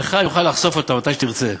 לך אני אוכל לחשוף אותה מתי שתרצה.